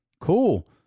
Cool